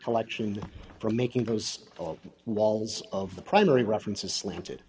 collection for making those four walls of the primary reference is slanted